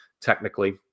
technically